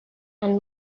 and